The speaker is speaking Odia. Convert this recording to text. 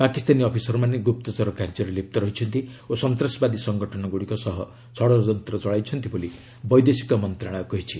ପାକିସ୍ତାନୀ ଅଫିସରମାନେ ଗୁପ୍ତଚର କାର୍ଯ୍ୟରେ ଲିପ୍ତ ରହିଛନ୍ତି ଓ ସନ୍ତାସବାଦୀ ସଂଗଠନଗୁଡ଼ିକ ସହ ଷଡ଼ଯନ୍ତ୍ର ଚଳାଇଛନ୍ତି ବୋଲି ବୈଦେଶିକ ମନ୍ତ୍ରଣାଳୟ କହିଛି